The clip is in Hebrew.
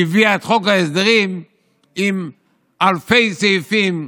שהביאה את חוק ההסדרים עם אלפי סעיפים,